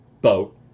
boat